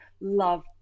love